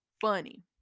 funny